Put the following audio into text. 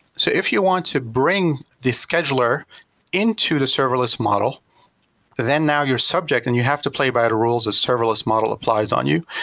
so if you want to bring this scheduler into the serverless model then now your subject and you have to play by the rules as serverless model applies on you,